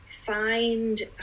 find